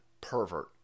pervert